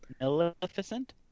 Maleficent